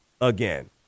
Again